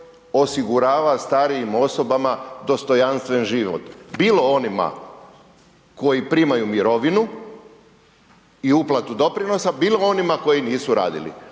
osigurava starijim osobama dostojanstven život, bilo onima koji primaju mirovinu i uplatu doprinosa, bilo onima koji nisu radili?